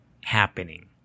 happening